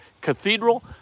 Cathedral